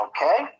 Okay